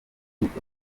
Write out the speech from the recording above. bafite